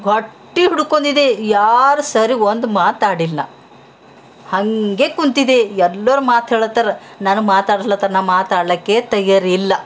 ಗಟ್ಟಿ ಹಿಡುಕೊಂದಿದಿ ಯಾರು ಸರಿ ಒಂದು ಮಾತಾಡಿಲ್ಲ ಹಂಗೆ ಕುಂತಿದ್ದಿ ಎಲ್ಲರು ಮಾತಾಡ್ಲತ್ತರ ನನಗೆ ಮಾತಾಡಿಸ್ಲತ್ತರ ನಾ ಮಾತಾಡಲಿಕ್ಕೆ ತಯಾರಿಲ್ಲ